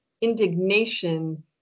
indignation